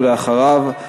ואחריו,